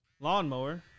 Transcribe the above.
lawnmower